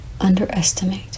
underestimate